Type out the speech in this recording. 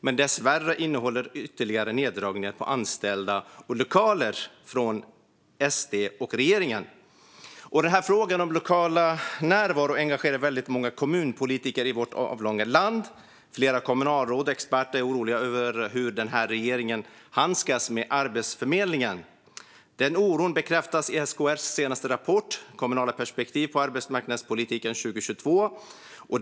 Den innehåller dessvärre ytterligare neddragningar på anställda och lokaler. Frågan om lokal närvaro engagerar väldigt många kommunpolitiker i vårt avlånga land. Flera kommunalråd och experter är oroliga över hur regeringen handskas med Arbetsförmedlingen. Den oron bekräftas i SKR:s senaste rapport Kommunala perspektiv på arbetsmarknadspolitiken 2022 .